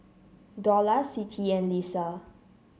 Dollah Siti and Lisa